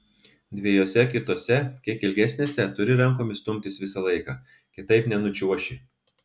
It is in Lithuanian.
dviejose kitose kiek ilgesnėse turi rankomis stumtis visą laiką kitaip nenučiuoši